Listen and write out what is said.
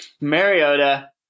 Mariota